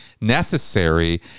necessary